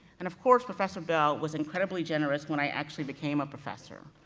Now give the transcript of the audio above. and of course, professor bell was incredibly generous when i actually became a professor.